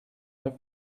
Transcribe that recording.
neuf